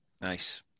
Nice